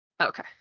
okay